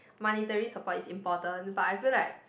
monetary support is important but I feel like